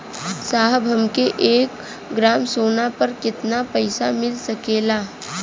साहब हमके एक ग्रामसोना पर कितना पइसा मिल सकेला?